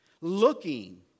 Looking